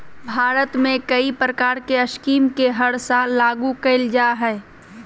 भारत में कई प्रकार के स्कीम के हर साल लागू कईल जा हइ